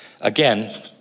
Again